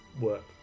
work